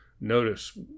notice